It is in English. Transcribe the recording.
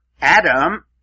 Adam